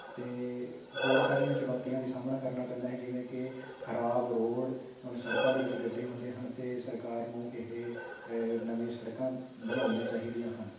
ਅਤੇ ਹੋਰ ਸਾਰੀਆਂ ਚੁਣੋਤੀਆਂ ਵੀ ਸਾਹਮਣਾ ਕਰਨਾ ਪੈਂਦਾ ਹੈ ਜਿਵੇਂ ਕਿ ਖਰਾਬ ਰੋਡ ਹੁਣ ਸੜਕਾਂ ਦੇ ਵਿੱਚ ਗੱਡੇ ਹੁੰਦੇ ਹਨ ਅਤੇ ਸਰਕਾਰ ਨੂੰ ਇਹ ਨਵੀਆਂ ਸੜਕਾਂ ਬਣਾਉਣੀਆਂ ਚਾਹੀਦੀਆਂ ਹਨ